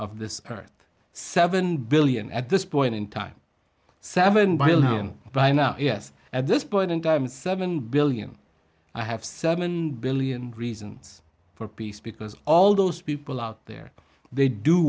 earth seven billion at this point in time seven billion by now yes at this point in time seven billion i have seven billion reasons for peace because all those people out there they do